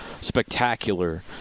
spectacular